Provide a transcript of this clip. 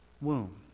womb